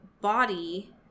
body